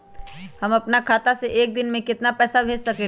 हम अपना खाता से एक दिन में केतना पैसा भेज सकेली?